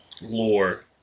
lore